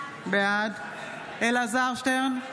בעד אלעזר שטרן,